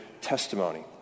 testimony